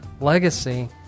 legacy